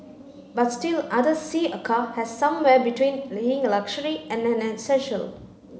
but still others see a car as somewhere between being a luxury and an essential